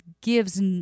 gives